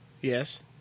Yes